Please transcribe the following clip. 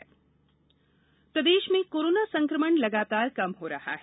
प्रदेश Covid प्रदेश में corona संक्रमण लगातार कम हो रहा है